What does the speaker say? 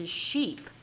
sheep，